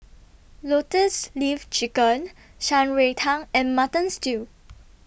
Lotus Leaf Chicken Shan Rui Tang and Mutton Stew